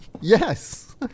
Yes